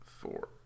four